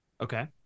Okay